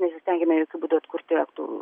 nesistengėme būdu atkurti aktų